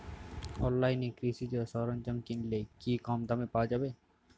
অনলাইনে কৃষিজ সরজ্ঞাম কিনলে কি কমদামে পাওয়া যাবে?